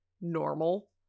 normal